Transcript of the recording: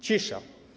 Cisza.